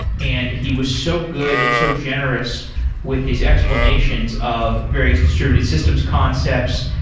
and he was so good and so generous with his explanations of various distributed systems concepts,